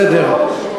בסדר.